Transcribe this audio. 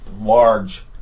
large